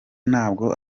ntabwo